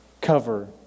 cover